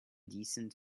descent